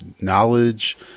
knowledge